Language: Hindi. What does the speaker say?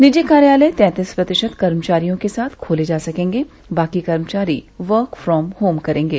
निजी कार्यालय तैंतीस प्रतिशत कर्मचारियों के साथ खोले जा सकेंगे बाकी कर्मचारी वर्क फ्रॉम होम करेंगे